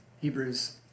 Hebrews